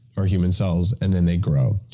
or human cells, and then they grow.